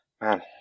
man